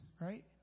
right